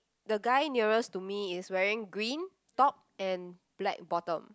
the guy nearest to me is wearing green top and black bottom